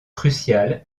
crucial